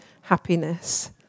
happiness